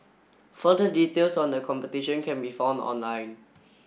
further details on the competition can be found online